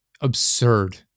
absurd